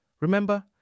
Remember